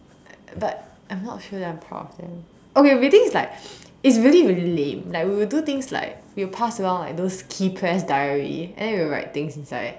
but I'm not sure that I'm proud of them okay but the thing is like it is really really lame we would do things like we would pass around those key pressed diary and then we will write things inside